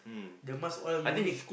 the mask all unique